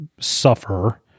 suffer